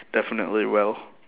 definitely well